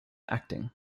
acting